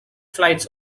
flights